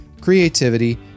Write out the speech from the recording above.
creativity